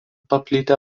paplitę